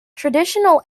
traditional